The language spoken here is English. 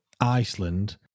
Iceland